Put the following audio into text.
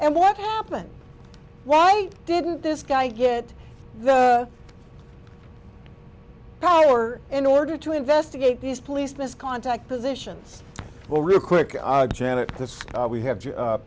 and what happened why didn't this guy get the call or in order to investigate these police misconduct positions for real quick janet we have